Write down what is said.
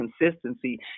consistency